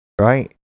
right